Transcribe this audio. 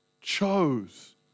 chose